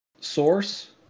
Source